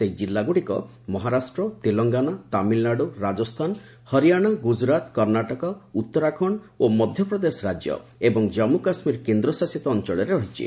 ସେହି ଜିଲ୍ଲାଗୁଡ଼ିକ ମହାରାଷ୍ଟ୍ର ତେଲଙ୍ଗାନା ତାମିଲନାଡୁ ରାଜସ୍ଥାନ ହରିଆଣା ଗୁଜରାତ କର୍ଣ୍ଣାଟକ ଉତ୍ତରାଖଣ୍ଡ ଓ ମଧ୍ୟ ପ୍ରଦେଶ ରାଜ୍ୟ ଏବଂ ଜାନ୍ମୁ ଓ କାଶ୍ମୀର କେନ୍ଦ୍ରଶାସିତ ଅଞ୍ଚଳରେ ରହିଛି